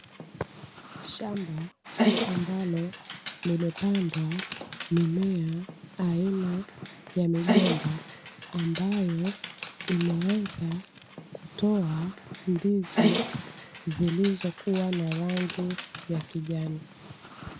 Shamba ambalo limepandwa mimea aina ya migomba ambayo imeanza kutoa ndizi zilizokuwa na rangi ya kijani.